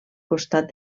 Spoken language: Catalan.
costat